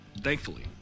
thankfully